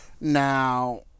Now